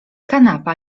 kanapa